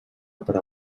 però